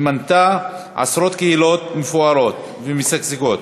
היא מנתה עשרות קהילות מפוארות ומשגשגות,